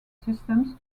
systems